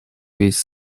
весь